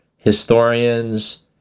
Historians